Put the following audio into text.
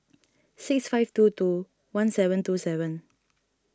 six five two two one seven two seven